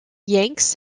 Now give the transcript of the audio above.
yanks